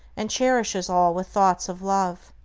and cherishes all with thoughts of love.